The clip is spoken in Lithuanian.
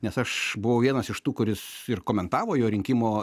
nes aš buvau vienas iš tų kuris ir komentavo jo rinkimo